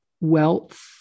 wealth